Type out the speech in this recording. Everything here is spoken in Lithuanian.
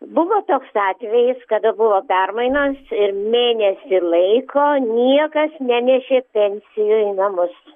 buvo toks atvejis kada buvo permainos ir mėnesį laiko niekas nenešė pensijų į namus